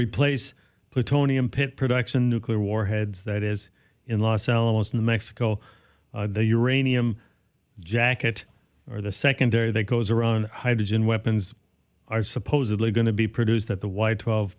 replace plutonium pit production nuclear warheads that is in los alamos new mexico their uranium jacket or the secondary that goes around hydrogen weapons are supposedly going to be produced at the y twelve